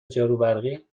جاروبرقی